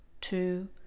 two